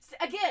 again